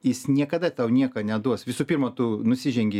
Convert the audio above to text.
jis niekada tau nieko neduos visų pirma tu nusižengi